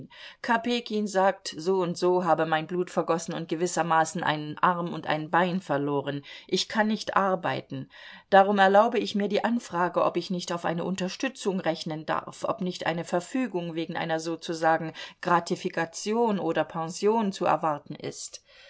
sagt soundso habe mein blut vergossen und gewissermaßen einen arm und ein bein verloren ich kann nicht arbeiten darum erlaube ich mir die anfrage ob ich nicht auf eine unterstützung rechnen darf ob nicht eine verfügung wegen einer sozusagen gratifikation oder pension zu erwarten ist